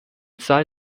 zahl